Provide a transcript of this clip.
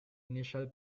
initial